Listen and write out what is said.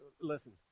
listen